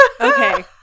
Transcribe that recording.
okay